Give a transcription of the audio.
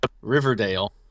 Riverdale